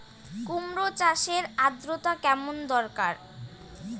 কুমড়ো চাষের আর্দ্রতা কেমন দরকার?